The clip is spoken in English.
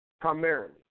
primarily